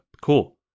cool